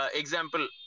example